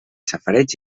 safareig